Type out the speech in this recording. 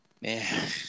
Man